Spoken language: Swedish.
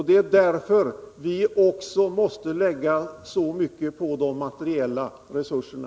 Det är därför vi måste satsa så mycket på de materiella resurserna.